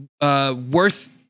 worth